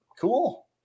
cool